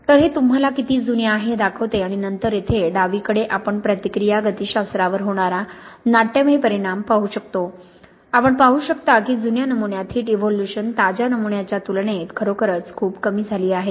तर हे तुम्हाला किती जुने आहे हे दाखवते आणि नंतर येथे डावीकडे आपण प्रतिक्रिया गतीशास्त्रावर होणारा नाट्यमय परिणाम पाहू शकतोआपण पाहू शकता की जुन्या नमुन्यात हिट इव्होल्यूशन ताज्या नमुन्याच्या तुलनेत खरोखर खूप कमी झाली आहे